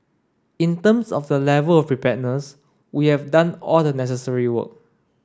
in terms of the level of preparedness we have done all the necessary work